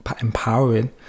empowering